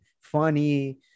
funny